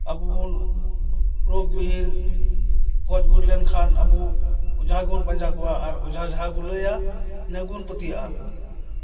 ᱟᱵᱚ ᱵᱚᱱ ᱨᱳᱜᱽ ᱵᱤᱦᱤᱱ ᱜᱚᱡᱼᱜᱩᱨ ᱞᱮᱱᱠᱷᱟᱱ ᱟᱵᱚ ᱚᱡᱷᱟ ᱜᱮᱵᱚᱱ ᱯᱟᱸᱡᱟ ᱠᱚᱣᱟ ᱟᱨ ᱚᱡᱷᱟ ᱡᱟᱦᱟᱸ ᱠᱚ ᱞᱟᱹᱭᱟ ᱤᱱᱟᱹ ᱜᱮᱵᱚᱱ ᱯᱟᱹᱛᱭᱟᱹᱜᱼᱟ